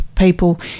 People